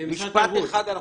משפט אחד אנחנו כל הזמן מקבלים.